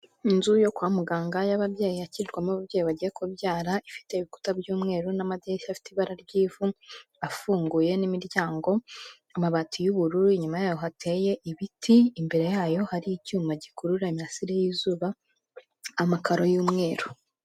Inzu yo kwa muganga y'ababyeyi yakirirwamo ababyeyi bagiye kubyara, ifite ibikuta by'umweru n'amadirishya afite ibara ry'ivu, afunguye n'imiryango, amabati y'ubururu, inyuma yayo hateye ibiti, imbere yayo hari icyuma gikurura imirasire y'izuba, amakaro y'umweru.